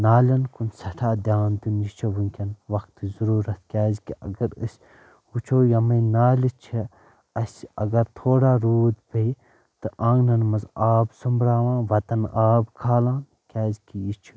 نالین کُن سیٚٹھاہ دیان دِیُن یہِ چھِ ؤنکیٚن وقتٕچ ضروٗرت کیٛازِکہِ اگر أسۍ وُچھُو یمے نالہِ چھَ اَسہِ اگر تھوڑا روٗد پیٚیہِ تہٕ آنگٕنن منٛز آب سوٚمبراوان وتن آب کھالان کیٛازِکہِ یہِ چھُ